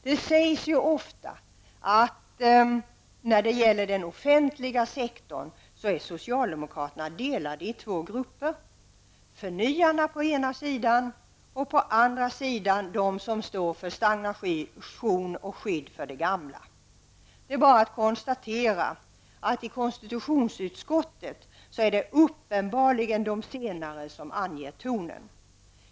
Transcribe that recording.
Det sägs ju ofta att socialdemokraterna när det gäller den offentliga sektorn är delade i två grupper -- förnyarna på ena sidan och de som står för stagnation och skydd av det gamla på den andra. Det är bara att konstatera att det i konstitutionsutskottet uppenbarligen är de senare som anger tonen.